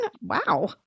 Wow